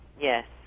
Yes